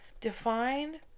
define